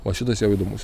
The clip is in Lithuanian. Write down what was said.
o šitas jau įdomus